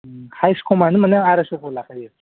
heist खमानो माने आरायस' खरि लाखायो